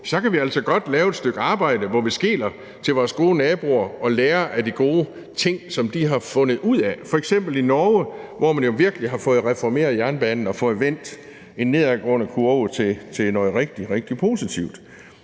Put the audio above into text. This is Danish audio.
kan vi altså godt lave et stykke arbejde, hvor vi skeler til vores gode naboer og lærer af de gode ting, som de har fundet ud af, f.eks. i Norge, hvor man jo virkelig har fået reformeret jernbanen og fået vendt en nedadgående kurve til noget rigtig, rigtig positivt.